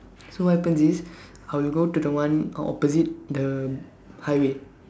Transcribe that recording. so what happen is I will go to the one uh opposite the highway